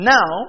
Now